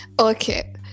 Okay